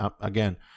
Again